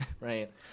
right